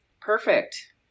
Perfect